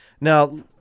Now